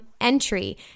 entry